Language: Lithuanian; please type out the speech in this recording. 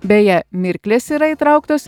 beje mirklės yra įtrauktos